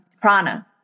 prana